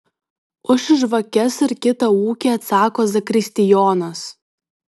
už žvakes ir kitą ūkį atsako zakristijonas